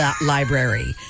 library